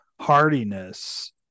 hardiness